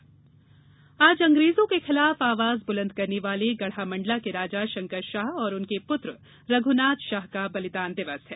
शंकर शाह आज अंग्रेजों के खिलाफ आवाज बुलन्द करने वाले गढ़ामंडला के राजा शंकरशाह और उनके पुत्र रघुनाथ शाह का बलिदान दिवस है